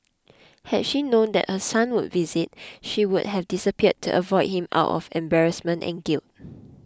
had she known that her son would visit she would have disappeared to avoid him out of embarrassment and guilt